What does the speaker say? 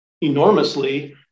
enormously